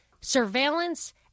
surveillance